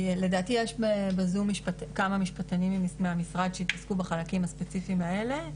לדעתי יש בזום כמה משפטנים מהמשרד שהתעסקו בחלקים הספציפיים האלה,